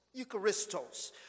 eucharistos